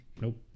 nope